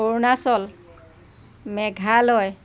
Arunachal Meghalaya